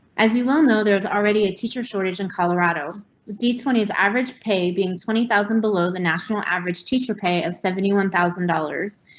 as you well know, there's already a teacher shortage in cala rado d twenty s, average pay being twenty thousand below the national average teacher pay of seventy one thousand dollars.